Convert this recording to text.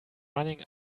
running